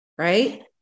Right